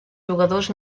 jugadors